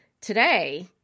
Today